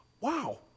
Wow